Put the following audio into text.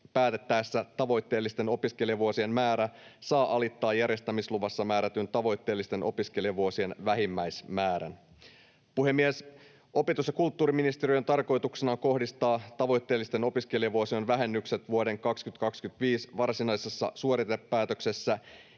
päätettäessä tavoitteellisten opiskelijavuosien määrä saa alittaa järjestämisluvassa määrätyn tavoitteellisten opiskelijavuosien vähimmäismäärän. Puhemies! Opetus- ja kulttuuriministeriön tarkoituksena on kohdistaa tavoitteellisten opiskelijavuosien vähennykset vuoden 2025 varsinaisessa suoritepäätöksessä